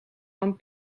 van